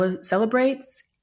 celebrates